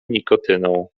nikotyną